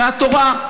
מהתורה.